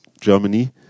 Germany